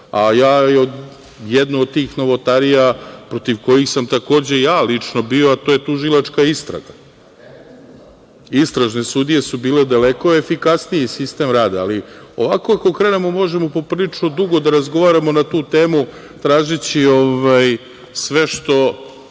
a ja jednu od tih novotarija, protiv kojih sam takođe ja lično bio, to je tužilačka istraga. Istražene sudije su bile daleko efikasniji sistem rada, ali ovako ako krenemo možemo poprilično dugo da razgovaramo na tu temu tražeći sve što